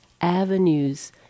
avenues